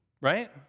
right